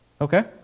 Okay